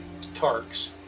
Tarks